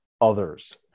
others